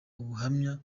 ubuhamya